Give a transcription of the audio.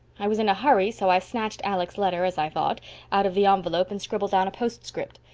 i was in a hurry, so i snatched alec's letter as i thought out of the envelope and scribbled down a postscript.